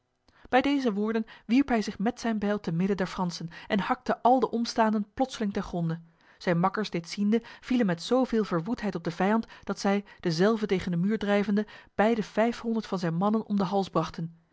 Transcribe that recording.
bij deze woorden wierp hij zich met zijn bijl te midden der fransen en hakte al de omstaanden plotseling ten gronde zijn makkers dit ziende vielen met zoveel verwoedheid op de vijand dat zij dezelve tegen de muur drijvende bij de vijfhonderd van zijn mannen om de hals brachten